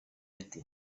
ati